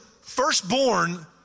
firstborn